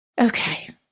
Okay